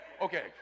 Okay